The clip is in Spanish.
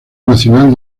nacional